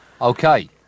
Okay